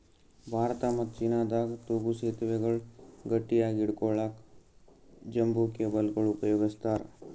ಭಾರತ ಮತ್ತ್ ಚೀನಾದಾಗ್ ತೂಗೂ ಸೆತುವೆಗಳ್ ಗಟ್ಟಿಯಾಗ್ ಹಿಡ್ಕೊಳಕ್ಕ್ ಬಂಬೂ ಕೇಬಲ್ಗೊಳ್ ಉಪಯೋಗಸ್ತಾರ್